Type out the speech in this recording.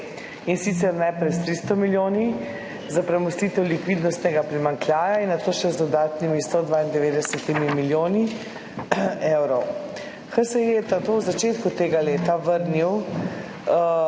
in sicer najprej s 300 milijoni za premostitev likvidnostnega primanjkljaja in nato še z dodatnimi 192 milijoni evrov. HSE je tako v začetku tega leta vrnil